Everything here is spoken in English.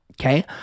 okay